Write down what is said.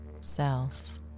self